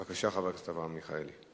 בבקשה, חבר הכנסת אברהם מיכאלי.